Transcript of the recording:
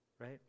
right